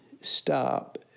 stop